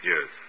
Yes